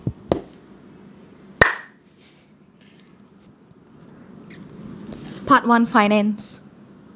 part one finance